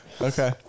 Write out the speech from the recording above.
Okay